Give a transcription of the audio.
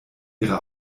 ihrer